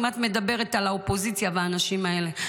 אם את מדברת על האופוזיציה והאנשים האלה,